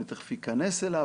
אני תיכף אכנס אליו,